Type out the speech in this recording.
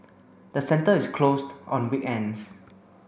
the centre is closed on weekends